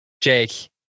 Jake